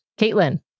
caitlin